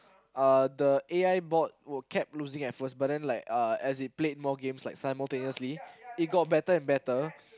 uh the A_I board will kept losing at first but then like uh as they played more games like simultaneously it got better and better